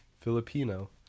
Filipino